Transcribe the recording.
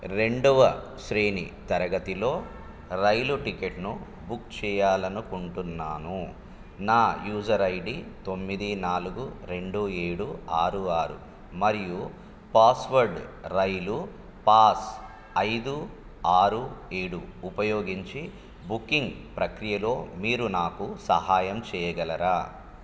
రెండవ శ్రేణి తరగతిలో రైలు టికెట్ను బుక్ చేయాలి అనుకుంటున్నాను నా యూజర్ ఐడి తొమ్మిది నాలుగు రెండు ఏడు ఆరు ఆరు మరియు పాస్వర్డ్ రైలు పాస్ ఐదు ఆరు ఏడు ఉపయోగించి బుకింగ్ ప్రక్రియలో మీరు నాకు సహాయం చేయగలరా